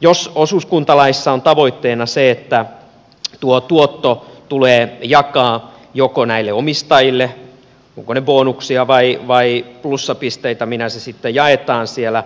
jos osuuskuntalaissa on tavoitteena se että tuotto tulee joko jakaa näille omistajille ovat ne bonuksia tai plussapisteitä minä se sitten jaetaan siellä